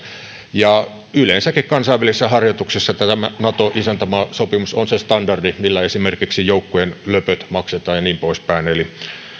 yleensäkin kansainvälisissä harjoituksissa tämä nato isäntämaasopimus on se standardi millä esimerkiksi joukkojen löpöt maksetaan ja niin poispäin eli